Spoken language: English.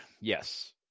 yes